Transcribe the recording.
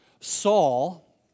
Saul